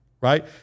right